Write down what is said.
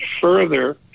further